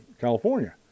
California